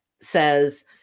says